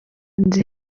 inzu